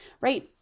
right